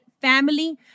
family